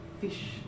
fish